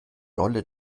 dolle